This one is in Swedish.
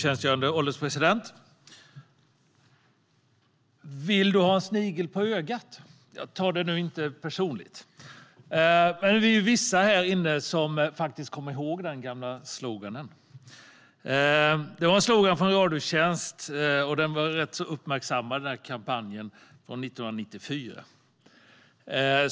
Fru ålderspresident! Vill du ha en snigel på ögat? Ta det nu inte personligt! Vissa av oss här inne kommer ihåg den gamla sloganen från Radiotjänsts rätt så uppmärksammade kampanj från 1994.